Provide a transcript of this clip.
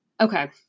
Okay